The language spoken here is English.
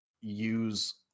use